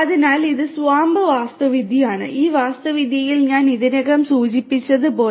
അതിനാൽ ഇത് SWAMP വാസ്തുവിദ്യയാണ് ഈ വാസ്തുവിദ്യയിൽ ഞാൻ ഇതിനകം സൂചിപ്പിച്ചതുപോലെ